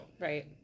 Right